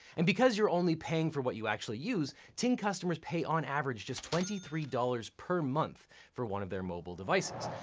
and because you're only paying for what you actually use, ting customers pay on average just twenty three dollars per month for one of their mobile devices.